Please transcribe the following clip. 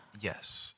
Yes